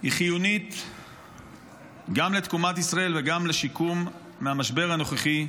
היא חיונית גם לתקומת ישראל וגם לשיקום מהמשבר הנוכחי.